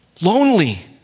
lonely